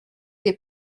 des